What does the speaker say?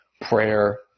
prayer